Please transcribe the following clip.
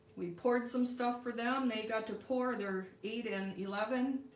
we poured some stuff for them. they got to pour their eight in eleven